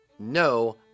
no